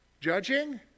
judging